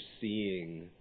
seeing